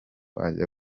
ajya